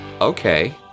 Okay